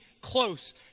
close